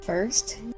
First